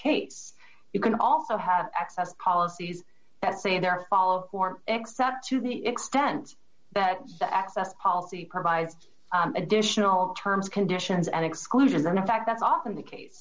case you can also have access policies that say there are follow or except to the extent that the access policy provides additional terms conditions and exclusions and in fact that's often the case